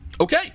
okay